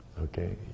okay